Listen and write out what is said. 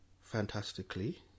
fantastically